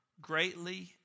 greatly